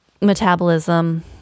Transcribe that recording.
metabolism